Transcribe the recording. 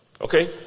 Okay